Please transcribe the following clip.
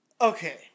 Okay